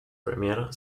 premier